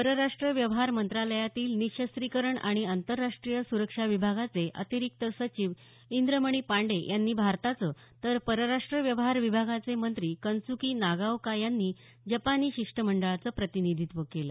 परराष्ट व्यवहार मंत्रालयातील निशसूत्रीकरण आणि अंतरराराष्टीय सुरक्षा विभागाचे अतिरिक्त सचिव इंद्रमणी पांडे यांनी भारताचं तर परराष्ट व्यवहार विभागाचे मंत्री कंन्सुकी नागाओका यांनी जापानी शिष्ट मंडळाचे प्रतिनिधित्व केलं